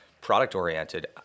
product-oriented